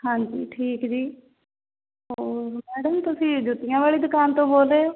ਹਾਂਜੀ ਠੀਕ ਜੀ ਮੈਡਮ ਤੁਸੀਂ ਜੁੱਤੀਆਂ ਵਾਲੀ ਦੁਕਾਨ ਤੋਂ ਬੋਲਦੇ ਹੋ